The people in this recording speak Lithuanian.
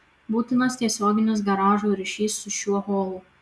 būtinas tiesioginis garažo ryšys su šiuo holu